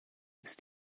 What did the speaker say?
ist